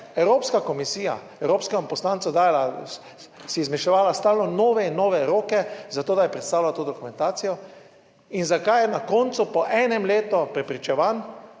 Evropska komisija evropskemu poslancu dajala, si izmišljevala stalno nove in nove roke, za to, da je predstavljal to dokumentacijo? Zakaj je na koncu po enem letu prepričevanj